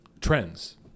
trends